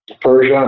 Persia